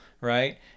right